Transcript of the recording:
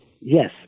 Yes